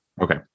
Okay